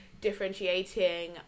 differentiating